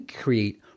create